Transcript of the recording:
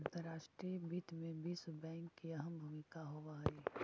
अंतर्राष्ट्रीय वित्त में विश्व बैंक की अहम भूमिका होवअ हई